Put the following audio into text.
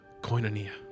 koinonia